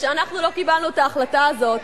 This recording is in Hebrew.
וכשאנחנו לא קיבלנו את ההחלטה הזאת,